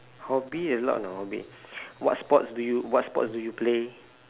hobby is lot no hobby what sports do you what sports do you play